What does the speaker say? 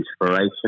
inspiration